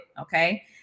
Okay